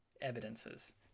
Evidences